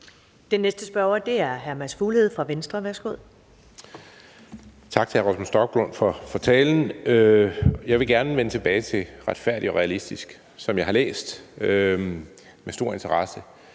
Den næste spørger er hr. Mads Fuglede fra Venstre. Værsgo. Kl. 11:14 Mads Fuglede (V): Tak til hr. Rasmus Stoklund for talen. Jeg vil gerne vende tilbage til »Retfærdig og realistisk«, som jeg har læst med stor interesse.